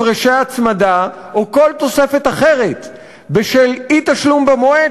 הפרשי הצמדה או כל תוספת אחרת בשל אי-תשלום במועד